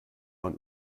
man